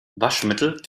waschmittel